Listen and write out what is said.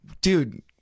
dude